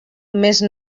més